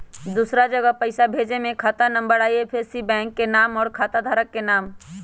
दूसरा जगह पईसा भेजे में खाता नं, आई.एफ.एस.सी, बैंक के नाम, और खाता धारक के नाम?